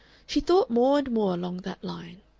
she thought more and more along that line.